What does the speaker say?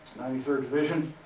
ninety third division.